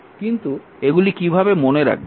কিন্তু এগুলি কীভাবে মনে রাখবেন